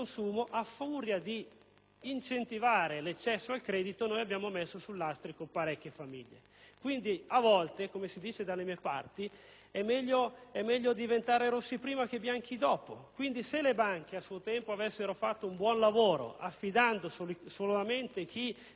un eccessivo accesso al credito al consumo, abbiamo messo sul lastrico parecchie famiglie. A volte, come si dice dalle mie parti, è meglio diventare rossi prima, che bianchi dopo. Se le banche, a suo tempo, avessero fatto un buon lavoro, affidando solamente chi ne aveva la possibilità